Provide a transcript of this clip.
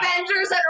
Avengers